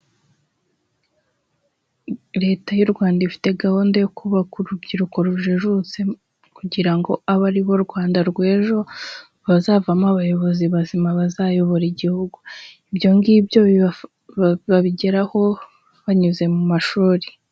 Leta y'u Rwanda ifite gahunda yo kubaka urubyiruko rujijutse kugira ngo abe ari bo Rwanda rw'ejo bazavamo abayobozi bazima bazayobora igihugu, ibyo ngibyo babigeraho banyuze mu mashuri.